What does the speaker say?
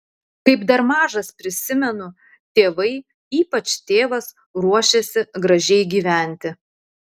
kaip dar mažas prisimenu tėvai ypač tėvas ruošėsi gražiai gyventi